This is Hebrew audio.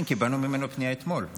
קיבלנו ממנו פנייה אתמול.